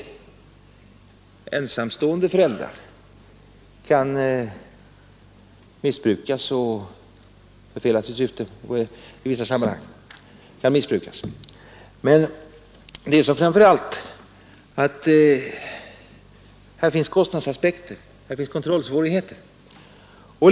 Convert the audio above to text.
Bl. a. finns här kostnadsaspekter och kontrollsvårigheter.